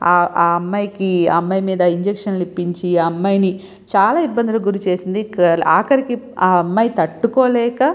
ఆ ఆ అమ్మాయికి ఆ అమ్మాయు మీద ఇంజెక్షన్లు ఇప్పించి ఆ అమ్మాయిని చాలా ఇబ్బందులకి గురి చేసింది ఆఖరికి ఆ అమ్మాయి తట్టుకోలేక